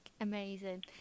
amazing